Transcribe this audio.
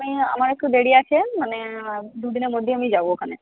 আমার একটু দেরি আছে মানে দুদিনের মধ্যেই আমি যাব ওখানে